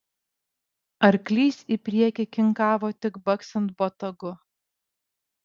arklys į priekį kinkavo tik baksint botagu